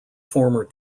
former